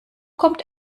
kommt